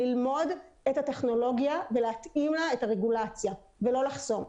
ללמוד את הטכנולוגיה ולהתאים לה את הרגולציה ולא לחסום.